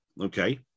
okay